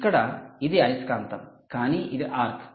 ఇక్కడ ఇది అయస్కాంతం కానీ ఇది ఆర్క్